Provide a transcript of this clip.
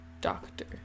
doctor